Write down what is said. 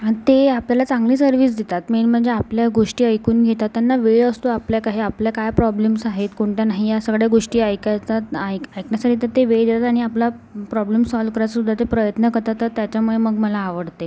ते आपल्याला चांगली सर्विस देतात मेन म्हणजे आपल्या गोष्टी ऐकून घेतात त्यांना वेळ असतो आपल्या का हे आपल्या काय प्रॉब्लेम्स आहेत कोणत्या नाही या सगळ्या गोष्टी ऐकायचा ऐक ऐकण्यासाठी तर ते वेळ देतात आणि आपला प्रॉब्लेम सॉल्व करायसुद्धा ते प्रयत्न करतात तर त्याच्यामुळे मग मला आवडते